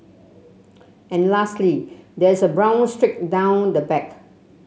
and lastly there is a brown streak down the back